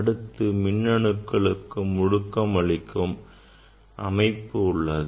அடுத்து மின்னணுக்களுக்கு முடுக்கம் அளிக்கும் அமைப்பு உள்ளது